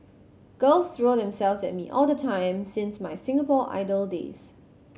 girls throw themselves at me all the time since my Singapore Idol days